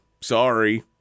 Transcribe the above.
sorry